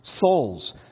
souls